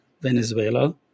Venezuela